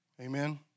Amen